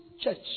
church